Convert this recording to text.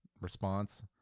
response